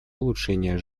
улучшения